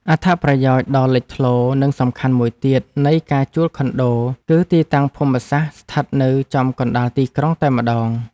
អត្ថប្រយោជន៍ដ៏លេចធ្លោនិងសំខាន់មួយទៀតនៃការជួលខុនដូ គឺទីតាំងភូមិសាស្ត្រស្ថិតនៅចំកណ្តាលទីក្រុងតែម្តង។